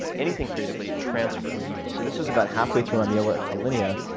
anything creatively, it transfers. so this was about halfway through my meal at alinea.